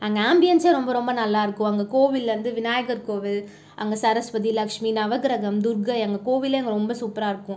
அங்கே ஆம்பியன்ஸே ரொம்ப ரொம்ப நல்லா இருக்கும் அங்கே கோவிலில் இருந்து விநாயகர் கோவில் அங்கே சரஸ்வதி லக்ஷ்மி நவகிரகம் துர்க்கை அங்கே கோவிலே அங்கே ரொம்ப சூப்பராக இருக்கும்